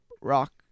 rock